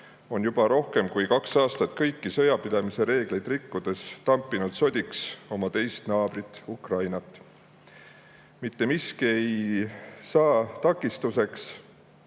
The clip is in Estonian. on juba rohkem kui kaks aastat kõiki sõjapidamise reegleid rikkudes tampinud sodiks oma teist naabrit Ukrainat. Mitte miski ei saa talle takistuseks.